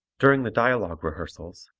during the dialogue rehearsals,